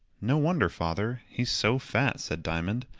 no wonder, father he's so fat, said diamond.